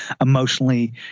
emotionally